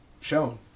shown